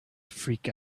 freak